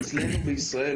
אצלנו בישראל,